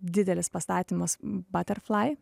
didelis pastatymas baterflai